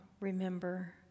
remember